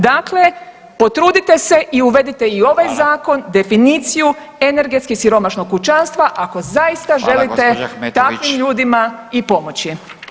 Dakle, potrudite se i uvedite i u ovaj zakon [[Upadica Radin: Hvala.]] definiciju energetski siromašnog kućanstva ako zaista želite takvim ljudima [[Upadica Radin: Hvala gospođo Ahmetović.]] i pomoći.